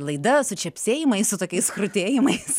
laida su čepsėjimais su tokiais krutėjimais